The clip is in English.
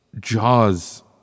Jaws